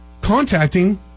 contacting